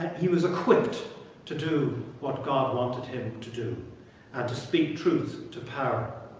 he was equipped to do what god wanted him to do and to speak truth to power